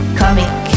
comic